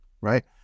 right